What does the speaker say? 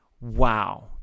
wow